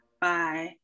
Bye